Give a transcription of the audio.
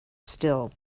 still